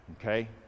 Okay